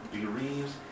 bereaves